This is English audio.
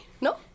No